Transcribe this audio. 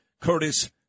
Curtis